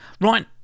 right